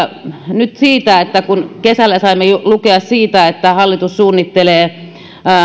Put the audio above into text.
nyt kysynyt kun kesällä saimme lukea siitä että hallitus suunnittelee